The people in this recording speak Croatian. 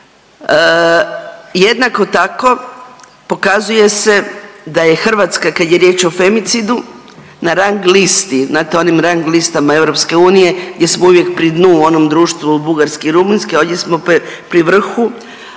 Jednako tako pokazuje se da je Hrvatska kad je riječ o femicidu na rang listi, znate onim rang listama EU gdje smo uvijek pri dnu u onom društvu Bugarske i Rumunjske, a ovdje smo pri vrhu,